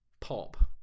pop